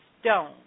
stone